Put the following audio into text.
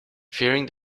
fearing